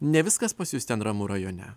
ne viskas pas jus ten ramu rajone